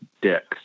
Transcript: dicks